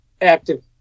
active